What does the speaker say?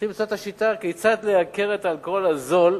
צריכים למצוא את השיטה כיצד לייקר את האלכוהול הזול,